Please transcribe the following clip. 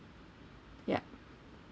ya